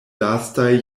lastaj